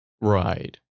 Right